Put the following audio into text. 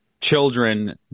children